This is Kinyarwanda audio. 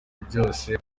byose